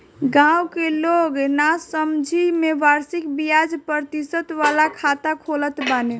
गांव के लोग नासमझी में वार्षिक बियाज प्रतिशत वाला खाता खोलत बाने